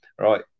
right